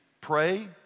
pray